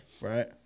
right